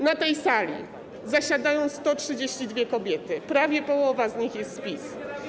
Na tej sali zasiadają 132 kobiety, prawie połowa z nich jest z PiS.